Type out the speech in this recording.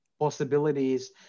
possibilities